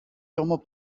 sûrement